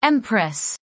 Empress